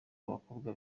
abakobwa